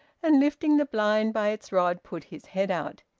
and lifting the blind by its rod, put his head out.